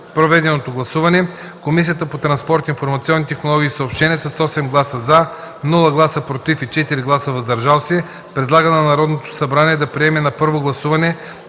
проведеното гласуване, Комисията по транспорт, информационни технологии и съобщения с 8 гласа „за”, нула гласа „против” и 4 гласа „въздържали се”, предлага на Народното събрание да приеме на първо гласуване